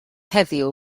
heddiw